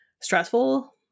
stressful